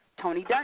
Tony